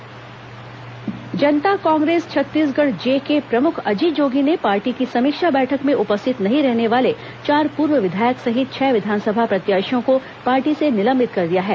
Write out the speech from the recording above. जनता Congress Chhattisgarh Janta Congress Chhattisgarh J के प्रमुख अजीत जोगी ने पार्टी की समीक्षा बैठक में उपस्थित नहीं रहने वाले चार पूर्व विधायक सहित छह विधानसभा प्रत्याशियों को पार्टी से निलंबित कर दिया है